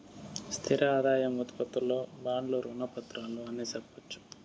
స్థిర ఆదాయం ఉత్పత్తులు బాండ్లు రుణ పత్రాలు అని సెప్పొచ్చు